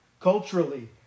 culturally